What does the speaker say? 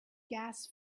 gas